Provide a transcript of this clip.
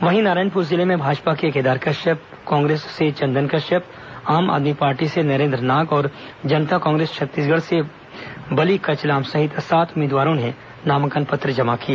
वहीं नारायणपुर जिले में भाजपा के केदार कश्यप कांग्रेस से चंदन कश्यप आम आदमी पार्टी से नरेन्द्र नाग और जनता कांग्रेस छत्तीसगढ़ से बली कचलाम सहित सात उम्मीदवारों ने नामांकन पत्र जमा किए